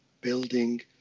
building